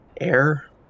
air